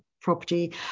property